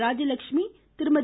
Rajalakshmi Thirumathi